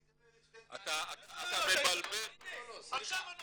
זה לא יריד של --- אתה מבלבל בין היוצרות.